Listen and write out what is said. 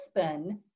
husband